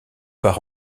part